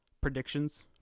predictions